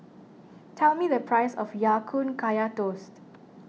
tell me the price of Ya Kun Kaya Toast